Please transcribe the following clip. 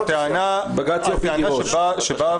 הטענה שבאה